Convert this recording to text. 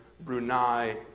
Brunei